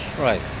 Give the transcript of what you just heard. Right